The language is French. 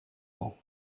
mans